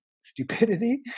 stupidity